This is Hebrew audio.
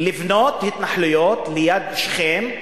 לבנות התנחלויות ליד שכם,